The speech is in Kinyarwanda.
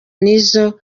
n’izo